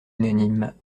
unanime